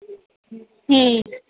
ہوں